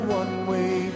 one-way